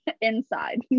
inside